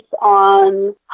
on